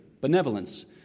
Benevolence